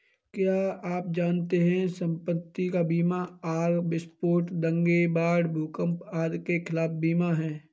क्या आप जानते है संपत्ति का बीमा आग, विस्फोट, दंगे, बाढ़, भूकंप आदि के खिलाफ बीमा है?